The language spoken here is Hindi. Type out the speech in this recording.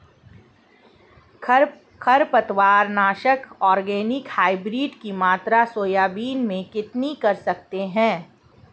खरपतवार नाशक ऑर्गेनिक हाइब्रिड की मात्रा सोयाबीन में कितनी कर सकते हैं?